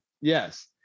yes